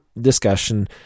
discussion